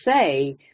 say